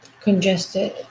congested